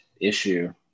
issue